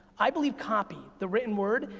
i believe copy, the written word,